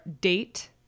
date